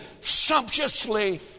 sumptuously